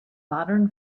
modern